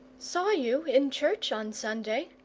saw you in church on sunday,